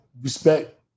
respect